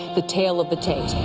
the tale of the tapes.